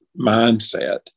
mindset